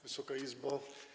Wysoka Izbo!